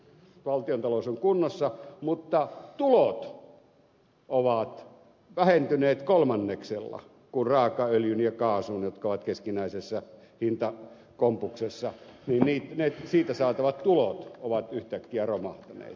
valtiontalous on kunnossa mutta tulot ovat vähentyneet kolmanneksella kun raakaöljystä ja kaasusta jotka ovat keskinäisessä hintakompuksessa saatavat tulot ovat yhtäkkiä romahtaneet